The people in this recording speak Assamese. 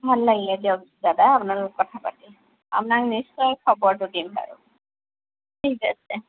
ভাল লাগিল দিয়ক দাদা আপোনাৰ লগত কথা পাতি আপোনাক নিশ্চয় খবৰটো দিম বাৰু ঠিক আছে